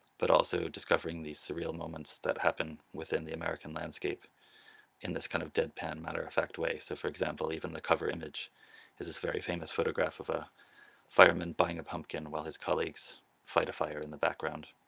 but also discovering these surreal moments that happen within the american landscape in this kind of deadpan matter-of-fact way, so for example even the cover image is this very famous photograph of a fireman buying a pumpkin while his colleagues fight a fire in the background.